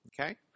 Okay